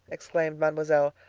exclaimed mademoiselle,